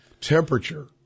temperature